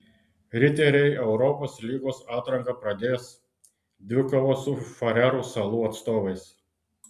riteriai europos lygos atranką pradės dvikova su farerų salų atstovais